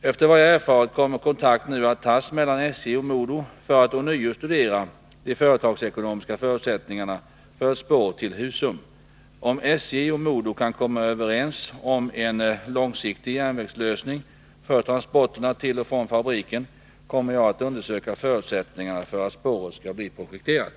Efter vad jag erfarit kommer kontakt nu att tas mellan SJ och MoDo för att ånyo studera de företagsekonomiska förutsättningarna för ett spår till Husum. Om SJ och MoDo kan komma överens om en långsiktig järnvägslösning för transporterna till och från fabriken, kommer jag att undersöka förutsättningarna för att spåret skall bli projekterat.